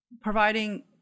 Providing